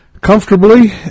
comfortably